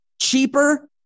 cheaper